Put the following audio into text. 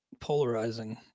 polarizing